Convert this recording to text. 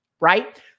right